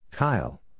Kyle